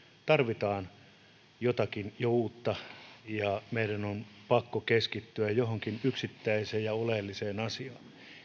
tarvitaan jo jotakin uutta ja että meidän on pakko keskittyä johonkin yksittäiseen ja oleelliseen asiaan